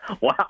Wow